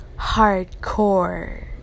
hardcore